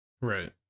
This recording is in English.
Right